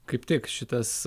kaip tik šitas